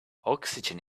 oxygen